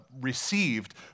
received